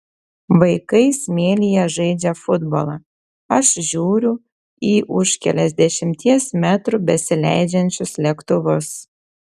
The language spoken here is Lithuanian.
vaikai smėlyje žaidžia futbolą aš žiūriu į už keliasdešimties metrų besileidžiančius lėktuvus